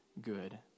good